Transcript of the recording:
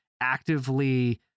actively